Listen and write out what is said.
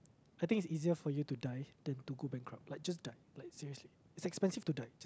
I think it's easier for you to die then to go bankrupt like just die like seriously it's expensive to die